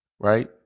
Right